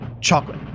chocolate